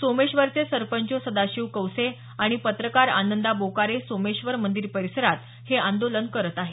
सोमेश्वरचे सरपंच सदाशिव कौसे आणि पत्रकार आनंदा बोकारे सोमेश्वर मंदिर परिसरात हे आंदोलन करत आहेत